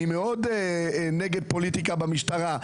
אני מאוד נגד פוליטיקה במשטרה,